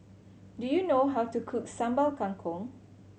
do you know how to cook Sambal Kangkong